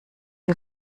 die